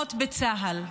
לוחמות בצה"ל.